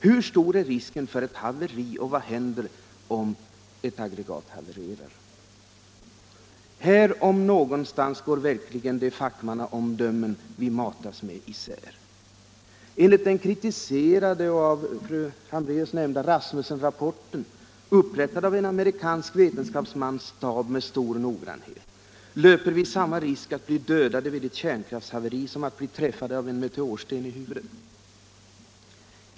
Hur stor är risken för ett haveri, och vad händer om ett aggregat havererar? Här om någonstans går verkligen de fackmannaomdömen vi matas med isär. Enligt den kritiserade och av fru Hambraeus nämnda Rasmussenrapporten, upprättad av en amerikansk vetenskapsmans stab med stor noggrannhet, löper vi samma risk att bli dödade vid ett kärnkraftshaveri som att bli träffade av en meteorsten i huvudet.